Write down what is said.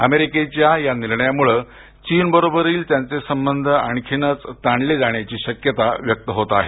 अमेरिकेच्या या निर्णयामुळे चीनबरोबरील त्यांचे संबंध आणखीनच ताणले जाण्याची शक्यता व्यक्त होत आहे